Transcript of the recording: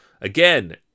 Again